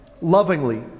lovingly